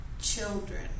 children